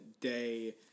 day